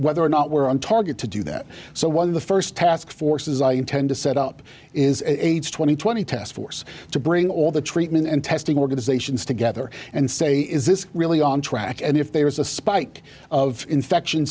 whether or not we're on target to do that so one of the first task forces i intend to set up is aids twenty twenty test force to bring all the treatment and testing organizations together and say is this really on track and if there is a spike of infection